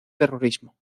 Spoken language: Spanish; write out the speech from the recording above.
terrorismo